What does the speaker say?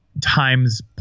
times